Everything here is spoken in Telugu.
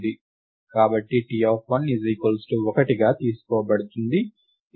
కాబట్టి T 1గా తీసుకోబడుతుంది